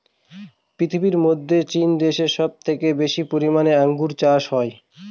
পৃথিবীর মধ্যে চীন দেশে সব থেকে বেশি পরিমানে আঙ্গুর চাষ হয়